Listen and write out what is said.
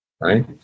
right